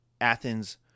Athens